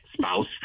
spouse